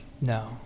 No